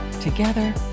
Together